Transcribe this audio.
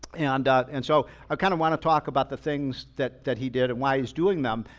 and and so i kind of want to talk about the things that that he did and why he's doing them.